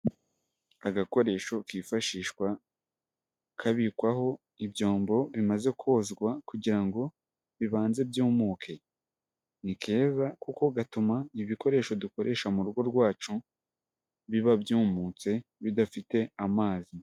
Agakoresho kifashishwa kabikwaho ibyombo bimaze kozwa kugira ngo bibanze byumuke, ni keza kuko gatuma ibikoresho dukoresha mu rugo rwacu biba byumutse bidafite amazi.